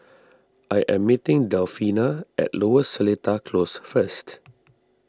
I am meeting Delfina at Lower Seletar Close first